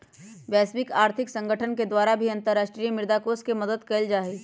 वैश्विक आर्थिक संगठन के द्वारा भी अन्तर्राष्ट्रीय मुद्रा कोष के मदद कइल जाहई